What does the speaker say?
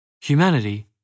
Humanity